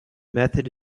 method